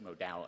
modalities